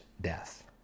death